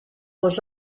was